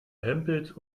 hempels